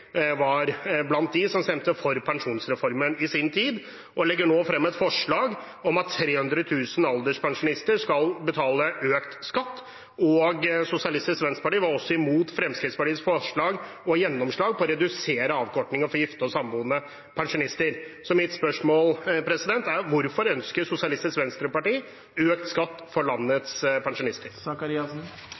var blant dem som stemte for pensjonsreformen i sin tid, og nå legger frem et forslag om at 300 000 alderspensjonister skal betale økt skatt. Sosialistisk Venstreparti var også imot Fremskrittspartiets forslag om og gjennomslag for å redusere avkortningen for gifte og samboende pensjonister. Så mitt spørsmål er: Hvorfor ønsker Sosialistisk Venstreparti økt skatt for landets pensjonister.